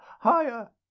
HIGHER